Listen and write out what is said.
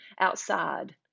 outside